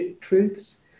truths